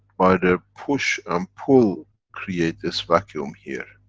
by their push and pull, create this vacuum here.